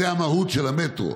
זה המהות של המטרו.